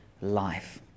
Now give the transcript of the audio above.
life